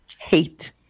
Hate